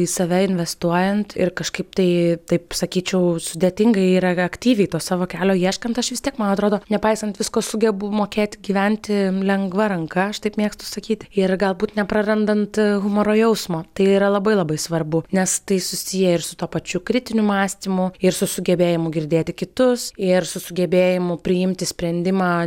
į save investuojant ir kažkaip tai taip sakyčiau sudėtinga yra aktyviai to savo kelio ieškant aš vis tiek man atrodo nepaisant visko sugebu mokėti gyventi lengva ranka aš taip mėgstu sakyti ir galbūt neprarandant humoro jausmo tai yra labai labai svarbu nes tai susiję ir su tuo pačiu kritiniu mąstymu ir su sugebėjimu girdėti kitus ir su sugebėjimu priimti sprendimą